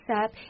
up